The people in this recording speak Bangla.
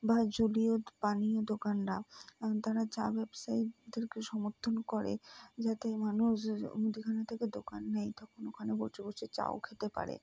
বা জলীয় পানীয় দোকানরা তারা চা ব্যবসায়ীদেরকে সমর্থন করে যাতে মানুষ মুদিখানা থেকে দোকান নেই তখন ওখানে বসে বসে চাও খেতে পারে